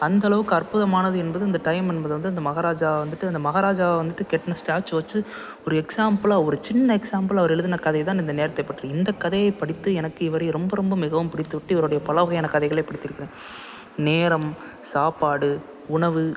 அந்தளவுக்கு அற்புதமானது என்பது இந்த டைம் என்பது வந்து இந்த மகாராஜா வந்துவிட்டு அந்த மகாராஜா வந்துவிட்டு கட்ன ஸ்டேச்சுவை வெச்சு ஒரு எக்ஸாம்பிளாக ஒரு சின்ன எக்ஸாம்பிளாக அவர் எழுதின கதை தான் இந்த நேரத்தை பற்றி இந்த கதையை படித்து எனக்கு இவரை ரொம்ப ரொம்ப மிகவும் பிடித்து விட்டு இவருடைய பல வகையான கதைகளை படித்து இருக்கிறேன் நேரம் சாப்பாடு உணவு